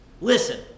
listen